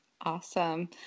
Awesome